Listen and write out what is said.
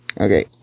Okay